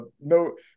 no